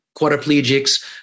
quadriplegics